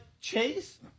Chase